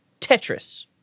Tetris